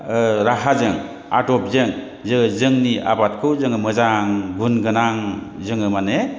राहाजों आदबजों जोंनि आबादखौ जों मोजां गुनगोनां जों माने